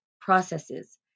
processes